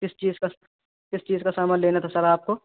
کس چیز کا کس چیز کا سامان لینا تھا سر آپ کو